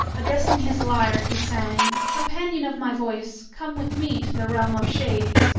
addressing his lyre, he sang, companion of my voice, come with me to the realm of shades.